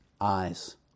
eyes